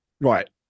right